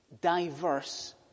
diverse